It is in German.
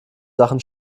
sachen